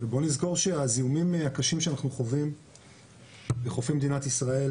בוא נזכור שהזיהומים הקשים שאנחנו חווים בחופי מדינת ישראל,